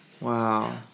wow